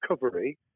recovery